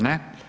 Ne.